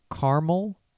Caramel